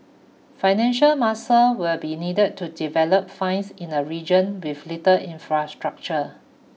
financial muscle will be needed to develop finds in the region with little infrastructure